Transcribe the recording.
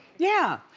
yeah.